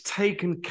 taken